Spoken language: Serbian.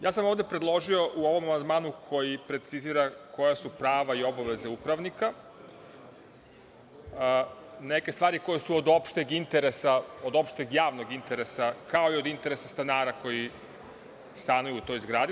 Ovde sam predložio u ovom amandmanu, koji precizira koja su prava i obaveze upravnika, neke stvari koje su od opšteg interesa, od opšteg javnog interesa, kao i interesa stanara koji stanuju u toj zgradi.